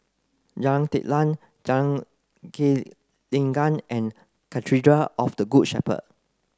Jalan Telang Jalan Gelenggang and Cathedral of the Good Shepherd